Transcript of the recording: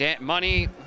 Money